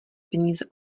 peníze